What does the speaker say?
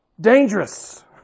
dangerous